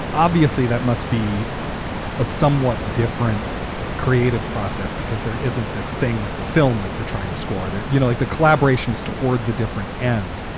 obviously that must be a somewhat different creative process, because there isn't this thing of the film that you're trying to score. you know, like the collaboration is towards a different end.